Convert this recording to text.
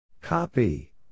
Copy